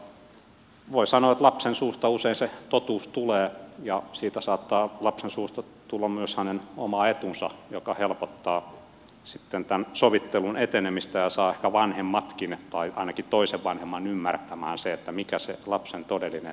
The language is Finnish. mutta voi sanoa että lapsen suusta usein se totuus tulee ja saattaa lapsen suusta tulla myös hänen oma etunsa mikä helpottaa sitten tämän sovittelun etenemistä ja saa ehkä vanhemmatkin tai ainakin toisen vanhemman ymmärtämään sen mikä se lapsen todellinen etu on